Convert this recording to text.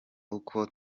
uko